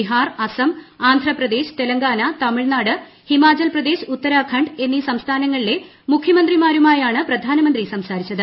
ബിഹാർ അസം അന്ധ്രാ പ്രദേശ് തെലങ്കാന തെലങ്കാന തമിഴ്നാട് ഹിമാചൽ പ്രദേശ് ഉത്തരാഖണ്ഡ്എന്നീ സംസ്ഥാനങ്ങളിലെ മുഖ്യമന്ത്രിമാരുമായാണ് പ്രധാനമന്ത്രി സംസാരിച്ചത്